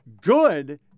good